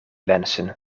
wensen